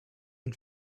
and